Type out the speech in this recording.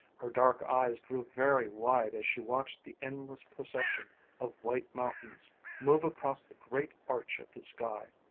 her dark eyes grew very wide as she watched the endless procession of white mountains move across the great arch of the sky.